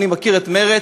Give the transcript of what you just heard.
אני מכיר את מרצ,